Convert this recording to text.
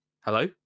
Hello